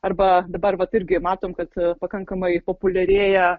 arba dabar vat irgi matom kad pakankamai populiarėja